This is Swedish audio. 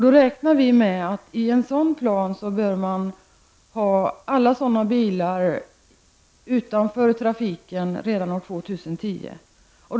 Då räknar vi med att med en sådan plan bör alla sådana bilar vara utanför trafiken redan år 2010.